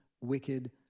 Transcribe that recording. Wicked